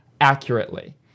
accurately